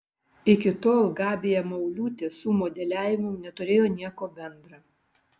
iki tol gabija mauliūtė su modeliavimu neturėjo nieko bendra